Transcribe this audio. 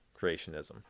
creationism